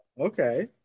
Okay